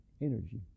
energy